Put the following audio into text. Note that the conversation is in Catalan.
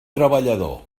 treballador